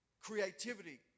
creativity